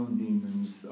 demons